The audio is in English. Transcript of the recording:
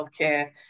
healthcare